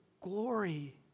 glory